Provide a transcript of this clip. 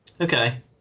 Okay